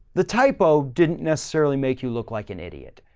the typo didn't necessarily make you look like an idiot,